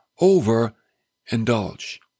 over-indulge